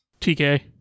TK